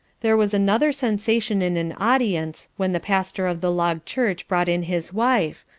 there was another sensation in an audience when the pastor of the log church brought in his wife,